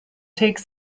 take